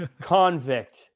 convict